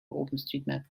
openstreetmap